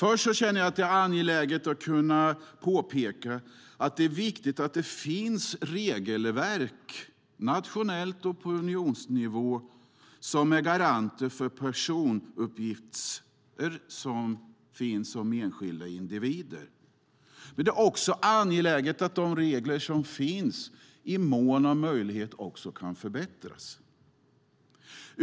Först känner jag att det är angeläget att påpeka att det är viktigt att det finns regelverk, nationellt och på unionsnivå, som är garanter för personuppgifter som finns om enskilda individer. Det är också angeläget att de regler som finns i möjligaste mån också kan förbättras.